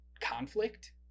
conflict